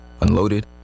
unloaded